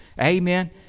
Amen